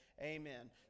amen